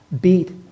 beat